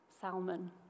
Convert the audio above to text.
Salmon